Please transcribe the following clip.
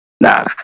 Nah